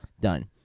Done